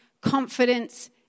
confidence